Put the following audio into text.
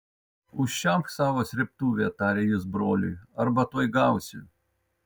užčiaupk savo srėbtuvę tarė jis broliui arba tuoj gausi